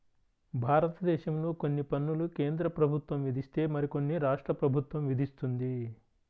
భారతదేశంలో కొన్ని పన్నులు కేంద్ర ప్రభుత్వం విధిస్తే మరికొన్ని రాష్ట్ర ప్రభుత్వం విధిస్తుంది